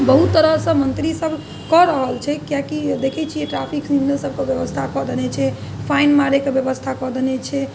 बहुत तरहसँ मन्त्रीसब कऽ रहल छै कियाकि देखय छिए ट्रैफिक सिग्नल सबके बेबस्था कऽ देने छै फाइन मारैके बेबस्था कऽ देने छै